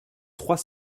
trois